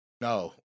no